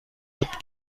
wird